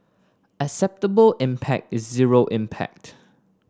acceptable impact is zero impact